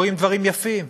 קורים דברים יפים,